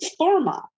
pharma